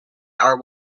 are